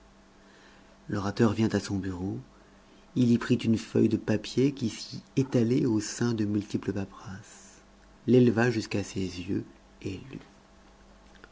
l'orateur vient à son bureau il y prit une feuille de papier qui s'y étalait au sein de multiples paperasses l'éleva jusqu'à ses yeux et lut